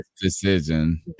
decision